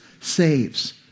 saves